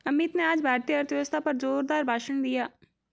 अमित ने आज भारतीय अर्थव्यवस्था पर जोरदार भाषण दिया